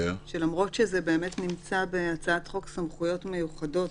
למרות שזה נמצא בהצעת חוק סמכויות מיוחדות,